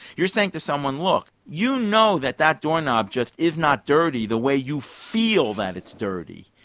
you're saying to someone look, you know that that door knob just is not dirty the way you feel that it's dirty,